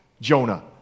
Jonah